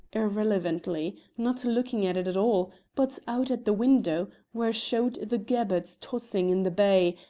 irrelevantly, not looking at it at all, but out at the window, where showed the gabbarts tossing in the bay,